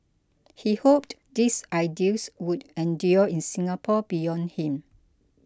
he hoped these ideals would endure in Singapore beyond him